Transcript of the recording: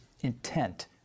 intent